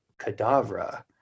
cadavra